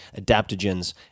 adaptogens